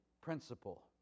principle